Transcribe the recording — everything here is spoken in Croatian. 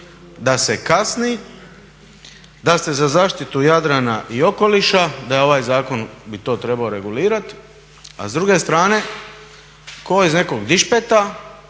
da se kasni, da se za zaštitu Jadrana i okoliša, da je ovaj zakon bi to trebao regulirati a s druge strane ko iz nekog dišpeta